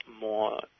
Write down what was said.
more